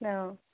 অ'